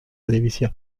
división